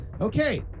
okay